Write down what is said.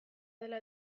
dela